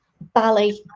ballet